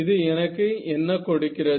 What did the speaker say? இது எனக்கு என்ன கொடுக்கிறது